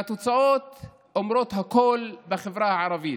והתוצאות אומרות הכול בחברה הערבית: